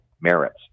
merits